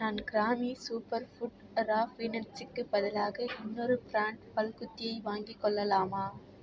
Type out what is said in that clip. நான் கிராமி super food raw பீனட்ஸுக்கு பதிலாக இன்னொரு ப்ராண்ட் பல்குத்தியை வாங்கிக் கொள்ளலாமா